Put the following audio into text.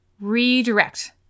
redirect